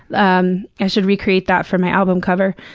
um i should recreate that for my album cover.